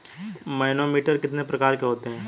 Manometer कितने प्रकार के होते हैं?